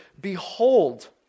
Behold